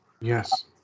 Yes